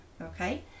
okay